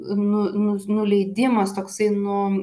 nu nu nu nuleidimas toksai nu